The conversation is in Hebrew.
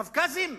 קווקזים?